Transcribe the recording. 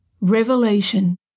Revelation